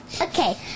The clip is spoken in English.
Okay